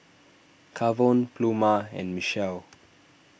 Kavon Pluma and Michele